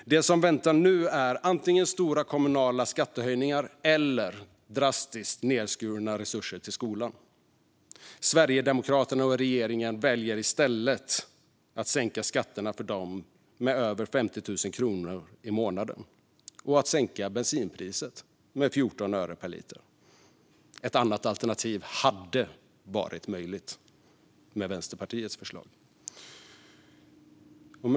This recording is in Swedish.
Det som väntar nu är antingen stora kommunala skattehöjningar eller drastiskt nedskurna resurser till skolan. Sverigedemokraterna och regeringen väljer att sänka skatterna för dem som tjänar över 50 000 kronor i månaden och att sänka bensinpriset med 14 öre per liter. Ett annat alternativ hade varit möjligt med Vänsterpartiets förslag.